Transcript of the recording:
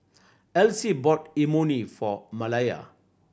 Elsie bought Imoni for Malaya